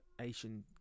asian